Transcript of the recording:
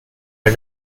are